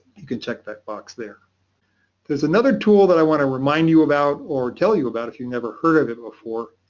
you can check that box. there there is another tool that i want to remind you about or tell you about if you've never heard of it before.